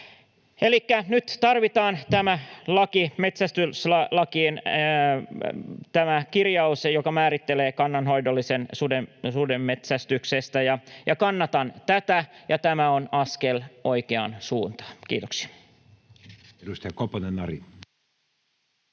metsästyslakiin tämä kirjaus, joka määrittelee kannanhoidollisen suden metsästyksen. Kannatan tätä, ja tämä on askel oikeaan suuntaan. — Kiitoksia.